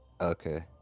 Okay